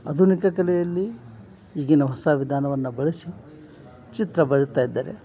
ಆಧುನಿಕ ಕಲೆಯಲ್ಲಿ ಈಗಿನ ಹೊಸ ವಿಧಾನವನ್ನು ಬಳಸಿ ಚಿತ್ರ ಬರಿತಾಯಿದ್ದಾರೆ